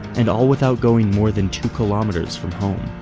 and all without going more than two kilometers from home.